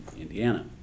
Indiana